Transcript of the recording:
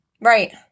right